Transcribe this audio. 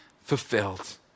fulfilled